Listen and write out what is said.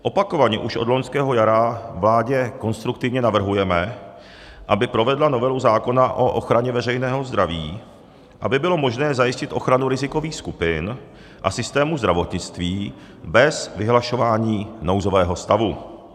Opakovaně už od loňského jara vládě konstruktivně navrhujeme, aby provedla novelu zákona o ochraně veřejného zdraví, aby bylo možné zajistit ochranu rizikových skupin a systému zdravotnictví bez vyhlašování nouzového stavu.